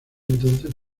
entonces